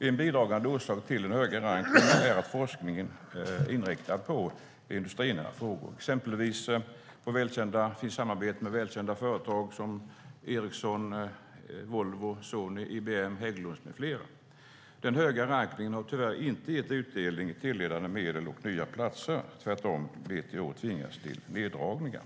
En bidragande orsak till den höga rankningen är att forskningen är inriktad på industrinära frågor, till exempel samarbete med välkända företag som Ericsson, Volvo, Sony, IBM och Hägglunds. Den höga rankningen har tyvärr inte gett utdelning i tilldelade medel och nya platser. Tvärtom har BTH tvingats till neddragningar.